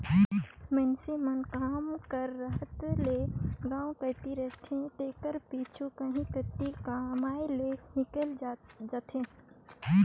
मइनसे मन काम कर रहत ले गाँव कती रहथें तेकर पाछू कहों कती कमाए लें हिंकेल जाथें